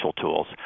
tools